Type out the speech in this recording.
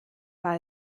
war